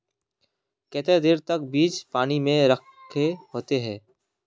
केते देर तक बीज पानी में रखे होते हैं?